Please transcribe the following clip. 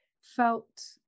felt